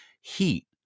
heat